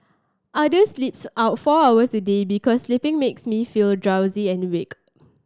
other sleeps our four hours a day because sleeping makes me feel drowsy and weak